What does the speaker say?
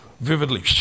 vividly